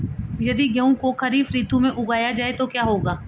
यदि गेहूँ को खरीफ ऋतु में उगाया जाए तो क्या होगा?